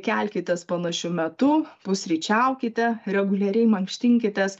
kelkitės panašiu metu pusryčiaukite reguliariai mankštinkitės